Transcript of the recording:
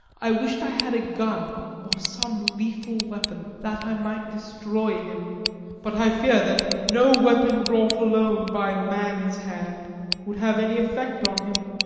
i wished i had a gun or some lethal weapon, that i might destroy him but i fear that no weapon wrought alone by man's hand would have any effect on him.